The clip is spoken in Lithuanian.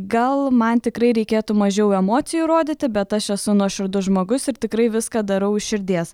gal man tikrai reikėtų mažiau emocijų rodyti bet aš esu nuoširdus žmogus ir tikrai viską darau iš širdies